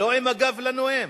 לא עם הגב לנואם.